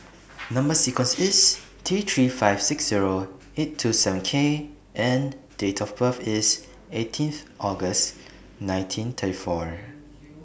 Number sequence IS T three five six Zero eight two seven K and Date of birth IS eighteenth August nineteen thirty four